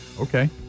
Okay